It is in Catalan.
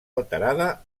alterada